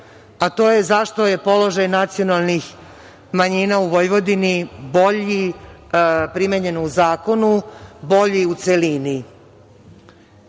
a to je zašto je položaj nacionalnih manjina u Vojvodini bolje primenjen u zakonu, bolji u celini? Znate,